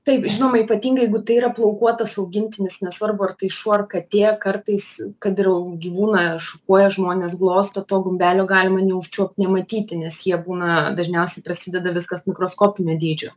taip žinoma ypatingai jeigu tai yra plaukuotas augintinis nesvarbu ar tai šuo ar katė kartais kad ir au gyvūną šukuoja žmonės glosto to gumbelio galima neužčiuop nematyti nes jie būna dažniausiai prasideda viskas mikroskopiniu dydžiu